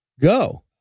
go